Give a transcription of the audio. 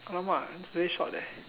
!alamak! that's very short leh